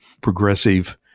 progressive